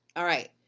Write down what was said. alright,